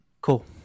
Cool